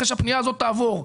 אחרי שהפנייה הזאת תעבור,